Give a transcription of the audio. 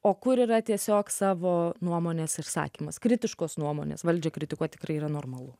o kur yra tiesiog savo nuomonės išsakymas kritiškos nuomonės valdžią kritikuoti tikrai yra normalu